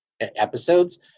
episodes